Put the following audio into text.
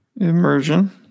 immersion